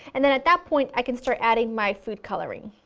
and then at that point i can start adding my food coloring.